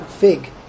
Fig